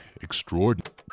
extraordinary